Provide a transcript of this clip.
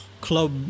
Club